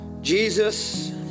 jesus